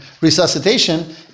resuscitation